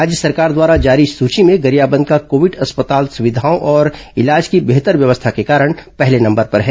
राज्य सरकार द्वारा जारी सूची में गरियाबंद का कोविड अस्पताल सुविघाओं और इलाज की बेहतर व्यवस्था के कारण पहले नंबर पर है